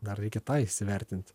dar reikia tą įsivertinti